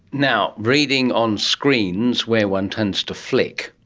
now, reading on screens where one tends to flick,